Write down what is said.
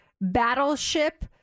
Battleship